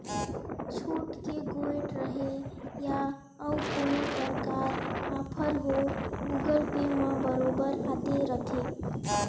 छुट के गोयठ रहें या अउ कोनो परकार आफर हो गुगल पे म बरोबर आते रथे